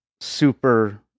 super